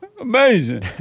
Amazing